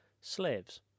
slaves